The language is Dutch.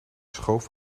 schoof